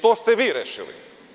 To ste vi rešili.